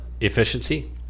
efficiency